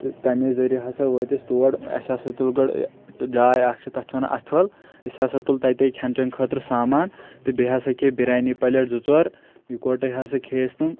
تہٕ تمے ذٔریعہٕ ہَسا وٲتۍ أسۍ تور اسہِ ہَسا تُل گۄڈٕ جاے اکھ چھ تتھ چھِ وَنان اچھول اسہِ ہَسا تُل تَتہِ کھینہٕ چھینہٕ خٲطرٕ سامان تہٕ بیٚیہِ ہَسا کھے بریانی پَلیٹ زٕ ژور یِکوٹے ہَسا کھے اسہِ تِم